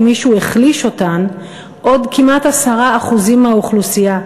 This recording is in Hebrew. מישהו החליש אותן עוד כמעט 10% מהאוכלוסייה,